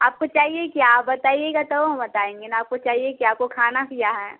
आपको चाहिए क्या आप बताइएगा तो हम बताएँगे ना आपको चाहिए क्या आपको खाना क्या है